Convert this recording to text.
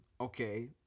okay